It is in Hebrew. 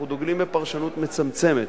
אנחנו דוגלים בפרשנות מצמצמת.